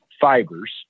fibers